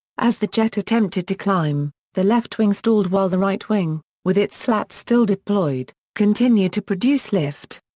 as the jet attempted to climb, the left wing stalled while the right wing, with its slats still deployed, continued to produce lift.